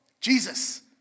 Jesus